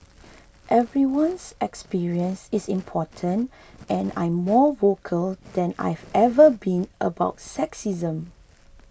everyone's experience is important and I'm more vocal than I've ever been about sexism